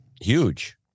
Huge